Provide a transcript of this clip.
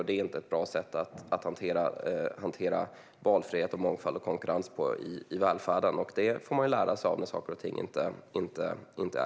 Det är inte ett bra sätt att hantera valfrihet, mångfald och konkurrens i välfärden. Det får man lära sig av, när saker och ting inte är rätt.